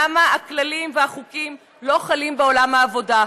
למה הכללים והחוקים לא חלים בעולם העבודה?